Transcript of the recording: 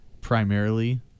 primarily